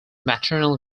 maternal